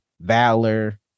valor